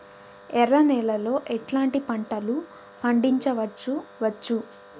ఎర్ర నేలలో ఎట్లాంటి పంట లు పండించవచ్చు వచ్చు?